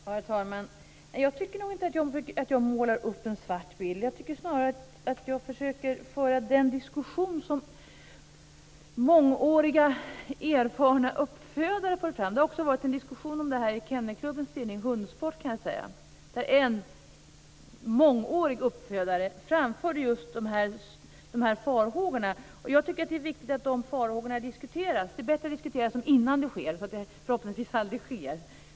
Herr talman! Jag tycker nog inte att jag målar upp en svart bild. Jag tycker snarare att jag försöker föra den diskussion som uppfödare, ofta med mångårig erfarenhet, för fram. Det har också varit en diskussion om det här, kan jag säga, i Kennelklubbens tidning Hundport. Där framförde en uppfödare med mångårig erfarenhet just de här farhågorna. Jag tycker att det är viktigt att de diskuteras. Det är bättre att diskutera dem innan det här sker så att det förhoppningsvis aldrig sker.